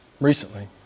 recently